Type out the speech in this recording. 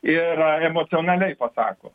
ir emocionaliai pasako